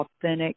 authentic